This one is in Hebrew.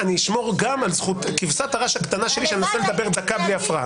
אני אשמור גם על כבשת הרש הקטנה שלי שאני מנסה לדבר דקה בלי הפרעה.